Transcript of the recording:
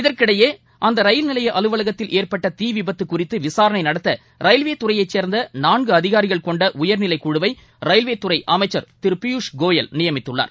இதற்கிடையே அந்த ரயில் நிலைய அலுவலகத்தில் ஏற்பட்ட தீ விபத்து குறித்து விசாரணை நடத்த ரயில்வே துறையைச் சேர்ந்த நான்கு அதிகாரிகள் கொண்ட உயர்நிலைக்குழுவை ரயில்வேதுறை அமைச்சர் திரு பியூஷ் கோயல் நியமித்துள்ளார்